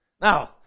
Now